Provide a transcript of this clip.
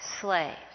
slaves